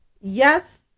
yes